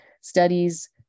studies